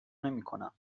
نمیکنم